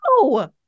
No